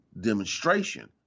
demonstration